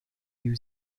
new